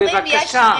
בבקשה,